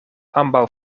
ambaŭ